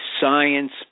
science